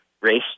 race